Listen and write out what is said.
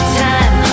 time